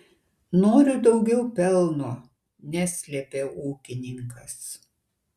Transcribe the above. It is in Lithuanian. noriu daugiau pelno neslėpė ūkininkas